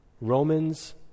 Romans